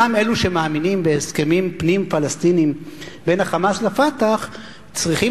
גם אלה שמאמינים בהסכמים פנים-פלסטיניים בין ה"חמאס" ל"פתח" צריכים,